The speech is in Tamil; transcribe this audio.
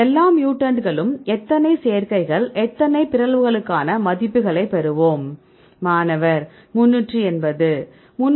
எல்லா மியூட்டன்ட்களுக்கும் எத்தனை சேர்க்கைகள் எத்தனை பிறழ்வுகளுக்கான மதிப்புகளைப் பெறுவோம் மாணவர் 380